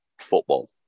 Football